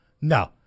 No